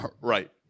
Right